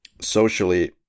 socially